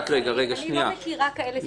אני לא מכירה כאלה סעיפים.